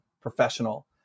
professional